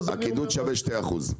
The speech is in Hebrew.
הקידוד שווה שני אחוזים.